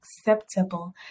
acceptable